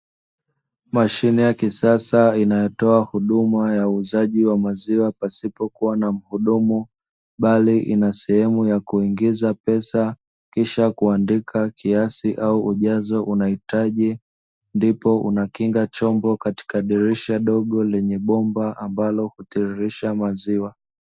Mashine ya kisasa inayotoa huduma ya uuzaji wa maziwa pasipokuwa na mhudumu, bali ina sehemu ya kuingiza pesa kisha kuandika kiasi au ujazo unaohitaji, ndipo unakinga chombo katika dirisha dogo lenye bomba ambalo hutiririsha maziwa.